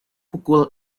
pukul